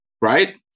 right